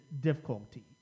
difficulty